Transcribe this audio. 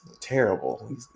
terrible